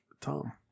tom